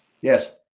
Yes